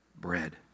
bread